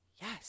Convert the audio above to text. Yes